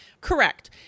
Correct